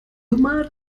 immer